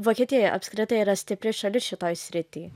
vokietija apskritai yra stipri šalis šitoj srity